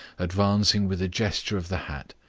advancing with a gesture of the hat,